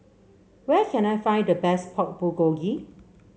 where can I find the best Pork Bulgogi